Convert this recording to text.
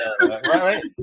right